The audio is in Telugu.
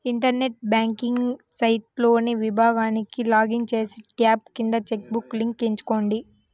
ఇంటర్నెట్ బ్యాంకింగ్ సైట్లోని విభాగానికి లాగిన్ చేసి, ట్యాబ్ కింద చెక్ బుక్ లింక్ ఎంచుకోండి